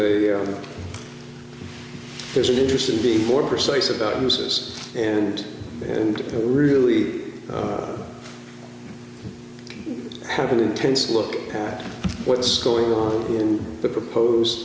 a there's an interest in be more precise about who says and and really have an intense look at what's going on in the proposed